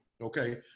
okay